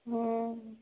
हँ